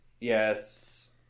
yes